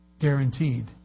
Guaranteed